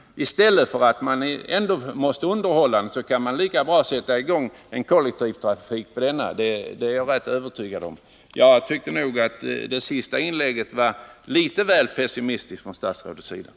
När man ändå måste underhålla banan, kan man lika gärna sätta i gång en kollektivtrafik på den. Det är jag rätt övertygad om. Jag tycker nog att det sista inlägget från statsrådet var litet väl pessimistiskt i detta hänseende.